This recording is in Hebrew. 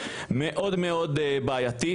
למה לא באים אלינו מהפריפריה?